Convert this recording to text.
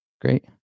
Great